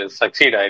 succeed